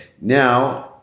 Now